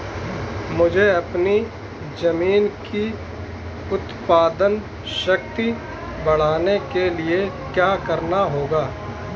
मुझे अपनी ज़मीन की उत्पादन शक्ति बढ़ाने के लिए क्या करना होगा?